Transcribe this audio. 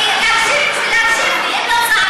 כדי שתקשיב לי.